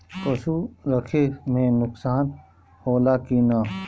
पशु रखे मे नुकसान होला कि न?